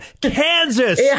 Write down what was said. Kansas